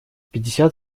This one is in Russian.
пятьдесят